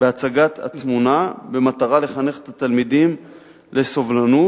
בהצגת התמונה במטרה לחנך את התלמידים לסובלנות,